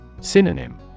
Synonym